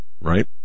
Right